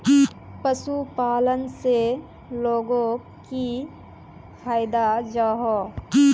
पशुपालन से लोगोक की फायदा जाहा?